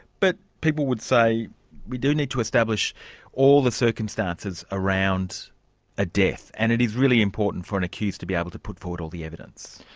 but people would say we do need to establish all the circumstances around a death. and it is really important for an accused to be able to put forward all the evidence.